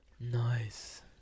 Nice